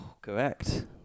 Correct